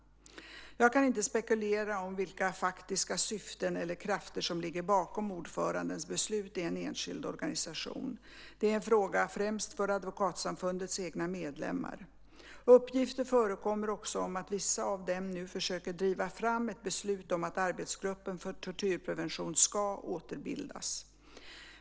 Jag kan inte spekulera om vilka faktiska syften eller krafter som ligger bakom ordförandens beslut i en enskild organisation. Det är en fråga främst för advokatsamfundets egna medlemmar. Uppgifter förekommer också om att vissa av dem nu försöker driva fram ett beslut om att arbetsgruppen för tortyrprevention ska återbildas.